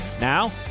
Now